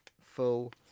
full